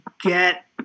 get